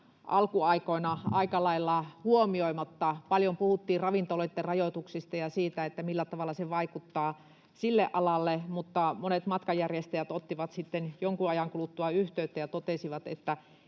alkuaikoina aika lailla huomioimatta. Paljon puhuttiin ravintoloitten rajoituksista ja siitä, millä tavalla ne vaikuttavat siihen alaan, mutta monet matkanjärjestäjät ottivat sitten jonkun ajan kuluttua yhteyttä ja totesivat, että